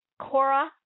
Cora